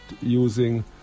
using